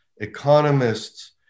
economists